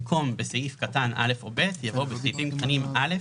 במקום "בסעיף קטן (א) או (ב)" יבוא "בסעיפים קטנים (א),